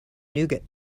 nougat